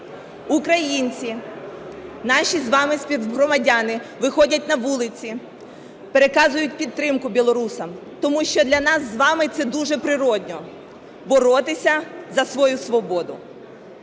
Українці, наші з вами співгромадяни, виходять на вулиці, переказують підтримку білорусам. Тому що для нас з вами це дуже природно – боротися за свою свободу.